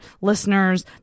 listeners